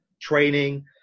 training